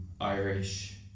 Irish